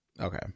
Okay